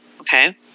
Okay